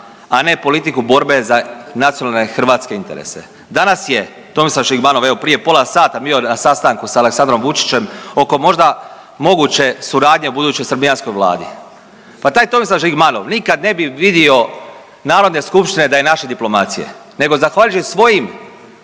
a ne politiku borbe za nacionalne hrvatske interese. Danas je Tomislav Žigmanov evo prije pola sata bio na sastanku sa Aleksandrom Vučićem oko možda moguće suradnje u budućoj srbijanskoj vladi. Pa taj Tomislav Žigmanov nikad ne bi vidio narodne skupštine da je naše diplomacije, nego zahvaljujući svojim